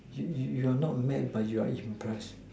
you you you are not mad but you are impressed